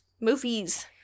Movies